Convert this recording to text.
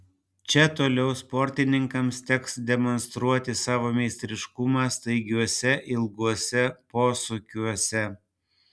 čia toliau sportininkams teks demonstruoti savo meistriškumą staigiuose ilguose posūkiuose